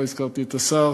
לא הזכרתי את השר